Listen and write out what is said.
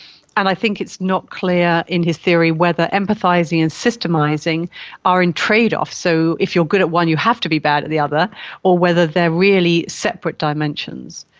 and i think it's not clear in his theory whether empathising and systemising are in trade-off, so if you are good at one you have to be bad at the other or whether they are really separate dimensions,